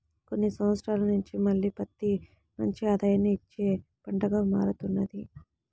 కొన్ని సంవత్సరాల నుంచి మళ్ళీ పత్తి మంచి ఆదాయాన్ని ఇచ్చే పంటగా మారుతున్నది